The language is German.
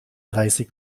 dreißig